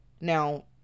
Now